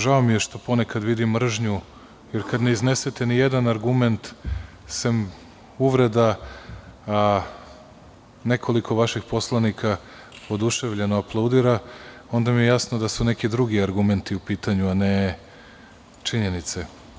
Žao mi je što ponekad vidim mržnju, jer kad ne iznesete ni jedan argument sem uvreda, nekoliko vaših poslanika oduševljeno aplaudira, onda mi je jasno da su neki drugi argumenti u pitanju, a ne činjenice.